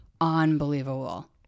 unbelievable